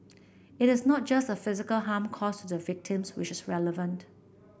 it is not just the physical harm caused to the victims which is relevant